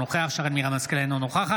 אינו נוכח